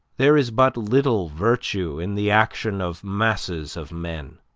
there is but little virtue in the action of masses of men.